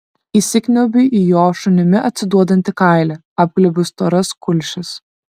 įsikniaubiu į jo šunimi atsiduodantį kailį apglėbiu storas kulšis